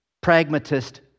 pragmatist